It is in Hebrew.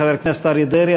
חבר הכנסת אריה דרעי,